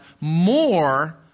more